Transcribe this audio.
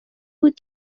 بود